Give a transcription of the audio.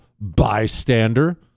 bystander